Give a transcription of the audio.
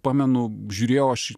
pamenu žiūrėjau aš